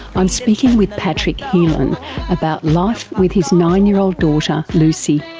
i'm speaking with patrick helean about life with his nine year old daughter lucy.